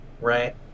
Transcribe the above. right